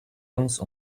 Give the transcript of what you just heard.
uns